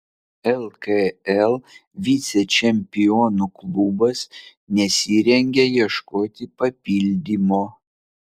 lkl vicečempionų klubas nesirengia ieškoti papildymo